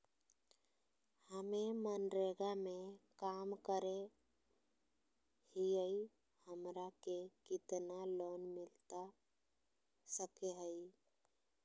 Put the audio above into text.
हमे मनरेगा में काम करे हियई, हमरा के कितना लोन मिलता सके हई?